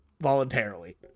voluntarily